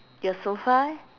your sofa eh